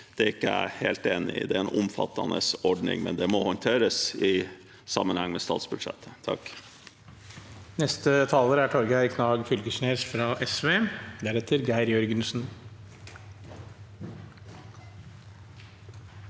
ha, er ikke jeg helt enig i. Det er en omfattende ordning, men det må håndteres i sammenheng med statsbudsjettet. Mo